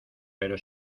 pero